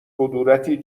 کدورتی